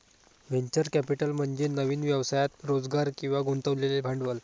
venture capital म्हणजे नवीन व्यवसायात रोजगार किंवा गुंतवलेले भांडवल